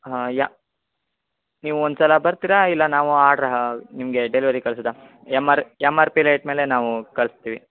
ಹಾಂ ಯ ನೀವು ಒಂದು ಸಲ ಬರ್ತಿರಾ ಇಲ್ಲ ನಾವು ಆಡ್ರ್ ನಿಮಗೆ ಡೆಲ್ವರಿ ಕಳ್ಸೋದಾ M R M R P rate ಮೇಲೆ ನಾವೂ ಕಳ್ಸ್ತಿವಿ